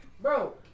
Bro